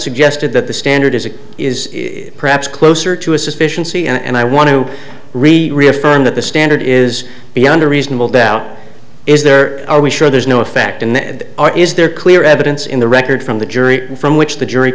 suggested that the standard is it is perhaps closer to a sufficiency and i want to read reaffirm that the standard is beyond a reasonable doubt is there are we sure there's no effect in that or is there clear evidence in the record from the jury from which the jury